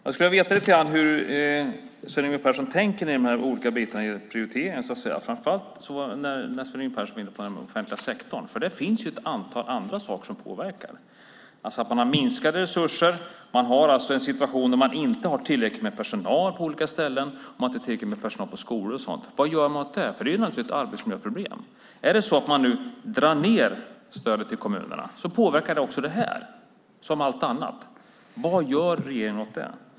Jag skulle vilja veta lite grann hur Sven Yngve Persson tänker när det gäller prioriteringar, framför allt när det gäller den offentliga sektorn. Där finns det ju ett antal andra saker som påverkar. Man har minskade resurser. Man har inte tillräckligt med personal på skolor och så vidare. Vad gör man åt det? Det är naturligtvis ett arbetsmiljöproblem. Om man drar ned stödet till kommunerna påverkar det också detta, precis som allt annat. Vad gör regeringen åt det?